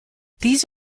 these